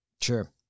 Sure